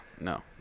no